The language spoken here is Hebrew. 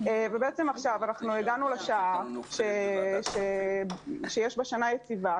בעצם עכשיו הגענו לשעה שיש בה שנה יציבה,